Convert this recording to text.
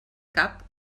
cap